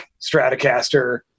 Stratocaster